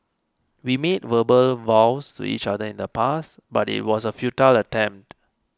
we made verbal vows to each other in the past but it was a futile attempt